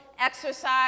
exercise